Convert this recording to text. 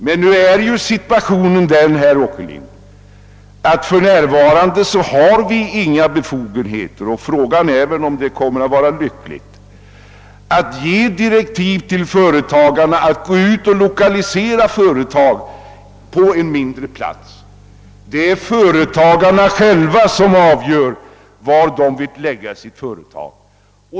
Men situationen är ju den, herr Åkerlind, att vi för närvarande inte har några befogenheter att ge direktiv till företagarna att lokalisera till mindre platser — och frågan är väl också om det skulle vara så lyckligt med sådana direktiv. De själva avgör var de skall förlägga företagen.